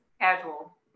casual